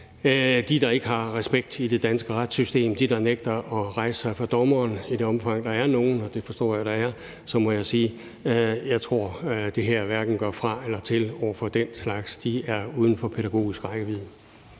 dem, der ikke har respekt for det danske retssystem, og dem, der nægter at rejse sig for dommerne – i det omfang, der er nogen, og det forstår jeg der er – må jeg sige: Jeg tror, at det her hverken gør fra eller til over for den slags; de er uden for pædagogisk rækkevidde.